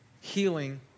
healing